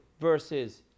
versus